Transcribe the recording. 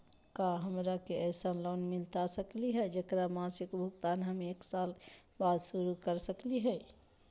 का हमरा के ऐसन लोन मिलता सकली है, जेकर मासिक भुगतान हम एक साल बाद शुरू कर सकली हई?